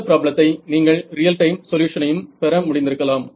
இந்த ப்ராப்ளத்தில் நீங்கள் ரியல் டைம் சொல்யூஷனையும் பெற முடிந்திருக்கலாம்